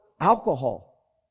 alcohol